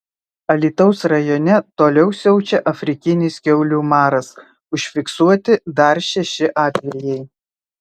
alytaus rajone toliau siaučia afrikinis kiaulių maras užfiksuoti dar šeši atvejai